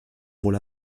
wohl